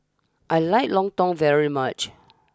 I like Lontong very much